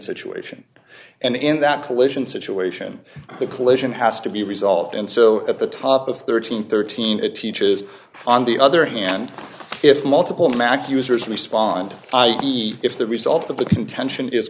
situation and in that collision situation the collision has to be resolved and so at the top of thirteen thirteen it teaches on the other hand if multiple mac users respond if the result of the contention is